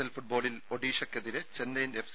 L ഫുട്ബോളിൽ ഒഡീഷക്കെതിരെ Chennaiyin F